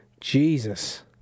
Jesus